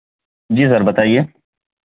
جی sir بتائیے